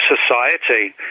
society